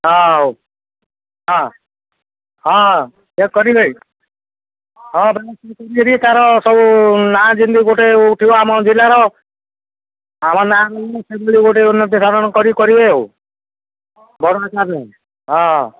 ହଁଉ ହଁ ହଁ କରିବେ ହଁ ବା କରିକରି ତାର ସବୁ ନାଁ ଯେମିତି ଗୋଟେ ଉଠିବ ଆମ ଜିଲ୍ଲାର ଆମ ନାଁ ସେହିଭଳି ଗୋଟେ ଉନ୍ନତି ସାରଣ କର କରିବେ ଆଉ ବଡ଼ସାବ ହଁ